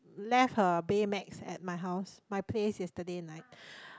left her Baymax at my house my place yesterday night